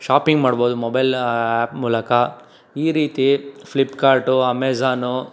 shopping ಮಾಡ್ಬೋದು mobile app ಮೂಲಕ ಈ ರೀತಿ ಫ್ಲಿಪ್ಕಾರ್ಟು ಅಮೆಜಾನು